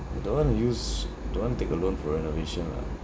I don't want to use don't want to take a loan for renovation lah